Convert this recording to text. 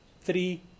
three